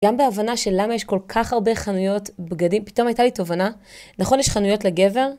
גם בהבנה של למה יש כל כך הרבה חנויות בגדים... פתאום הייתה לי תובנה... נכון יש חנויות לגבר?